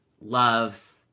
love